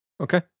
Okay